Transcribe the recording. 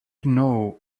know